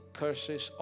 curses